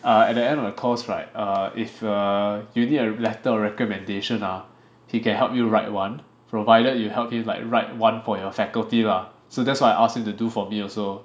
err at the end of course right err if you need a letter of recommendation ah he can help you write one provided you help him like write one for your faculty lah so that's why I ask him to do for me also